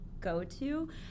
go-to